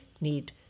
need